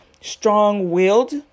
strong-willed